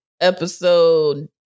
episode